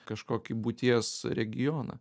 kažkokį būties regioną